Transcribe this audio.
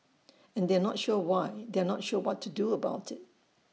and they are not sure why they are not sure what to do about IT